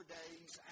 days